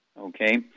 okay